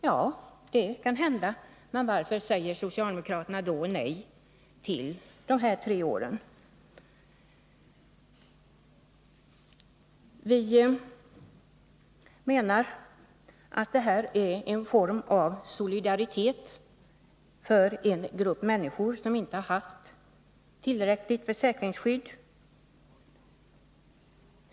Ja, det kan hända, men varför säger socialdemokraterna då nej till förslaget om de här tre åren? Vi menar att förslaget är uttryck för solidaritet med en grupp människor som inte har haft tillräckligt försäkringsskydd.